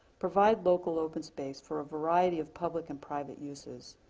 provide local open space for a variety of public and private uses,